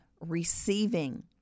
receiving